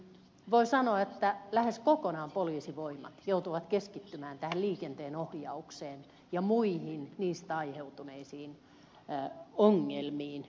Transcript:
voi sanoa että lähes kokonaan poliisivoimat joutuvat keskittymään liikenteen ohjaukseen ja muihin liikenteestä aiheutuneisiin ongelmiin